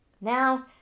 Now